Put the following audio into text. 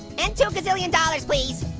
and two gazillion dollars, please.